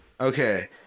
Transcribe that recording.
Okay